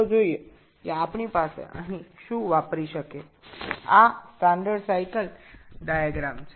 সুতরাং আসুন আমরা এখানে কী ব্যবহার করতে পারি তা দেখেনি